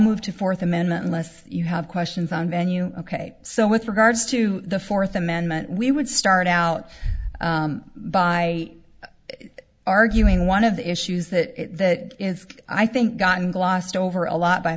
move to fourth amendment unless you have questions on venue ok so with regards to the fourth amendment we would start out by arguing one of the issues that is i think gotten glossed over a lot by